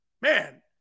Man